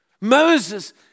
Moses